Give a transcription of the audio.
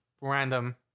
random